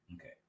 okay